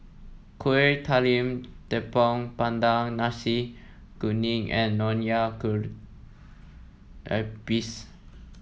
Kuih Talam Tepong Pandan Nasi Kuning and Nonya Kueh Lapis